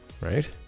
Right